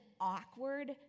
awkward